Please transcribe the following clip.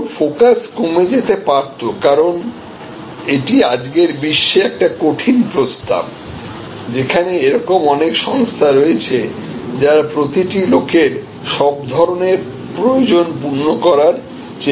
এখন ফোকাস কমে যেতে পারত কারণ এটি আজকের বিশ্বে একটি কঠিন প্রস্তাব যেখানে এরকম অনেক সংস্থা রয়েছে যারা প্রতিটি লোকের সব ধরনের প্রয়োজন পূর্ণ করার চেষ্টা করে